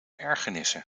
ergernissen